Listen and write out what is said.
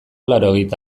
laurogeita